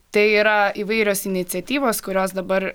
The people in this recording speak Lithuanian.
tai yra įvairios iniciatyvos kurios dabar